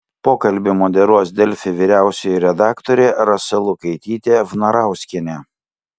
pokalbį moderuos delfi vyriausioji redaktorė rasa lukaitytė vnarauskienė